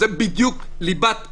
זה בדיוק ליבת החוק.